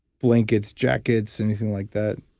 blankets, jackets, anything like that?